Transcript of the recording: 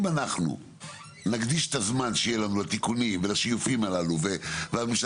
אם אנחנו נקדיש את הזמן שיהיה לנו לתיקונים ולשיופים הללו והממשלה